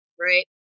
right